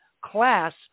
class